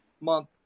month